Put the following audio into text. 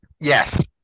Yes